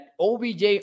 OBJ